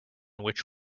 which